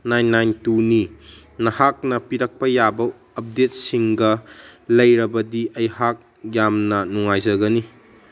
nine nine ꯇꯨꯅꯤ ꯅꯍꯥꯛꯅ ꯄꯤꯔꯛꯄ ꯌꯥꯕ ꯑꯞꯗꯦꯠꯁꯤꯡꯒ ꯂꯩꯔꯕꯗꯤ ꯑꯩꯍꯥꯛ ꯌꯥꯝꯅ ꯅꯨꯡꯉꯥꯏꯖꯒꯅꯤ